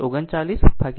39 upon 30